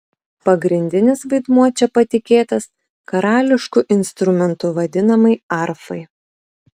pagrindinis vaidmuo čia patikėtas karališku instrumentu vadinamai arfai